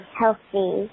healthy